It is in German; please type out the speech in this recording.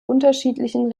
unterschiedlichen